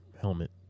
helmet